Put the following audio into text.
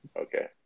Okay